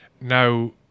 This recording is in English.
Now